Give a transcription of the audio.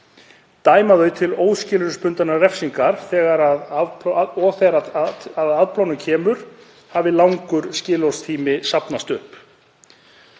dæma þau til óskilorðsbundinnar refsingar og þegar til afplánunar kemur hafi langur skilorðstími safnast upp.